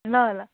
ल ल